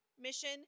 mission